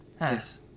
Yes